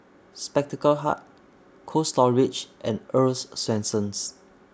Spectacle Hut Cold Storage and Earl's Swensens